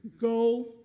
Go